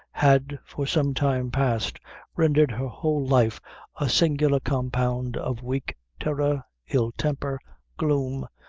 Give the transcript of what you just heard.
had for some time past rendered her whole life a singular compound of weak terror, ill-temper, gloom,